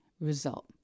result